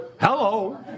hello